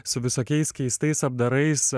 su visokiais keistais apdarais